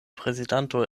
prezidanto